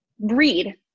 read